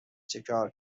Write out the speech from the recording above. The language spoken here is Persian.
چکار